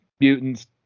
mutants